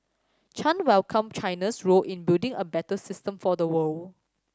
Chan welcomed China's role in building a better system for the world